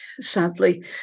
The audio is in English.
sadly